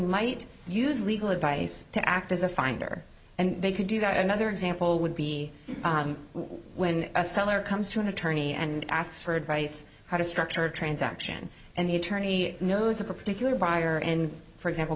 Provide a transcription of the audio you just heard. might use legal advice to act as a finder and they could do that another example would be when a seller comes to an attorney and asks for advice how to structure a transaction and the attorney knows a particular buyer in for example